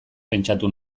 pentsatu